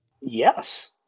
Yes